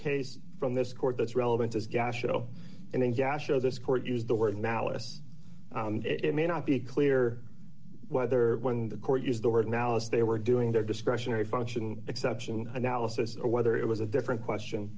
case from this court that's relevant is gastro and in jasher this court used the word malice it may not be clear whether when the court used the word malice they were doing their discretionary function exception analysis or whether it was a different question